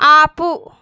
ఆపు